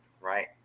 right